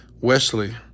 Wesley